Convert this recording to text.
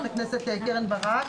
אחת של חברת הכנסת קרן ברק,